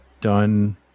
done